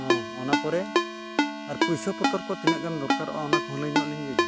ᱚᱱᱟ ᱯᱚᱨᱮ ᱟᱨ ᱯᱚᱭᱥᱟ ᱯᱚᱛᱚᱨ ᱠᱚ ᱛᱤᱱᱟᱹᱜ ᱜᱟᱱ ᱫᱚᱨᱠᱟᱨᱚᱜᱼᱟ ᱚᱱᱟ ᱠᱚᱦᱚᱸ ᱞᱟᱹᱭ ᱧᱚᱜ ᱟᱹᱞᱤᱧ ᱵᱤᱱ